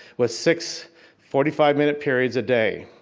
with six forty five minute periods a day.